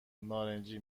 نارنجی